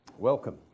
Welcome